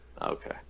Okay